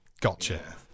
gotcha